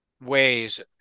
ways